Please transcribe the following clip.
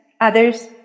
others